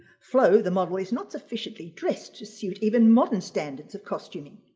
fleu, the model, is not sufficiently dressed to suit even modern standards of costuming.